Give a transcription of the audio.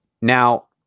Now